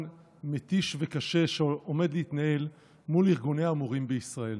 מתיש וקשה שעומד להתנהל מול ארגוני המורים בישראל.